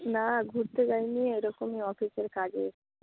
না ঘুরতে যাইনি এরকমই অফিসের কাজে এসেছি